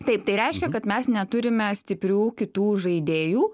taip tai reiškia kad mes neturime stiprių kitų žaidėjų